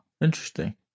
Interesting